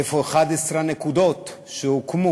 איפה 11 הנקודות שהוקמו